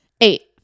Eight